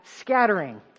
scattering